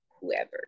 whoever